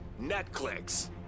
Netflix